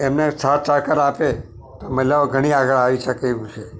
એમને સાથ સહકાર આપે તો મહિલાઓ ઘણી આગળ આવી શકે એમ છે